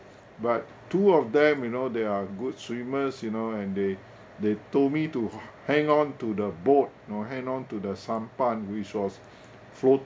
but two of them you know they are good swimmers you know and they they told me to hang on to the boat you know hang on to the sampan which was floating